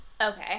Okay